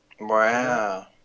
Wow